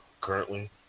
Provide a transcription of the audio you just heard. currently